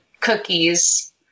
cookies